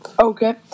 Okay